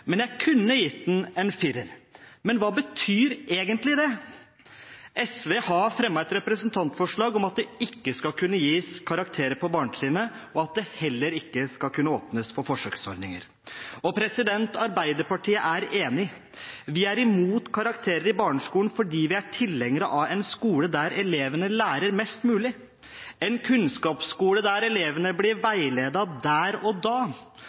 Jeg kunne gitt ham en 4-er, men hva betyr egentlig det? SV har fremmet et representantforslag om at det ikke skal kunne gis karakterer på barnetrinnet, og at det heller ikke skal kunne åpnes for forsøksordninger. Arbeiderpartiet er enig. Vi er imot karakterer i barneskolen fordi vi er tilhengere av en skole der elevene lærer mest mulig – en kunnskapsskole der elevene blir veiledet der og da,